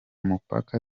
mupaka